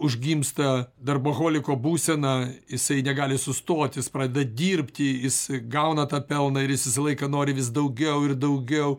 užgimsta darboholiko būsena jisai negali sustot jis pradeda dirbti jis gauna tą pelną ir jis visą laiką nori vis daugiau ir daugiau